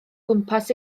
gwmpas